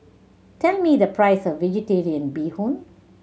tell me the price of Vegetarian Bee Hoon